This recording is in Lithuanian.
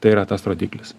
tai yra tas rodiklis